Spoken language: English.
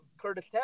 Curtis